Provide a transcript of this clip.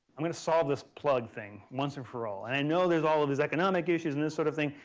i'm going to solve this plug thing once and for all and i know there's all of these economic issues and this sort of thing.